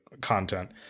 content